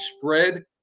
spread